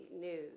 news